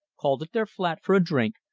called at their flat for a drink,